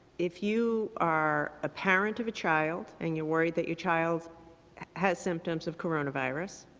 if you are a parent of a child and you're worried that your child has symptoms of coronavirus,